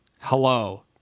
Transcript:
Hello